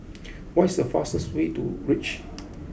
what is the fastest way to reach